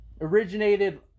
originated